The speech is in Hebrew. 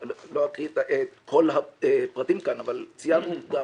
אני לא אקריא את כל הפרטים כאן אבל ציינו עובדה,